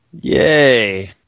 Yay